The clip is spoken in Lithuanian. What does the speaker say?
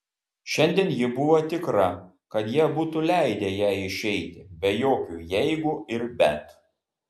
šiandien ji buvo tikra kad jie būtų leidę jai išeiti be jokių jeigu ir bet